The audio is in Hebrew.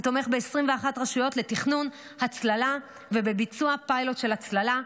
הוא תומך ב-21 רשויות בתכנון הצללה ובביצוע פיילוט של הצללה,